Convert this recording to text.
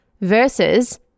versus